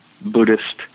Buddhist